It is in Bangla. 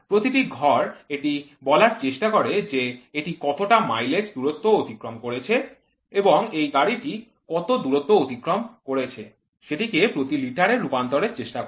প্রতিটি ঘর এটি বলার চেষ্টা করে যে এটি কতটা মাইলেজ দূরত্ব অতিক্রম করেছে এবং এই গাড়িটি কত দূরত্ব অতিক্রম করেছে সেটিকে প্রতি লিটারে রূপান্তরের চেষ্টা করে